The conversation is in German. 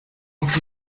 auf